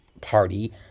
party